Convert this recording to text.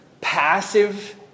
passive